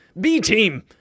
B-Team